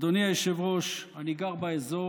אדוני היושב-ראש, אני גר באזור,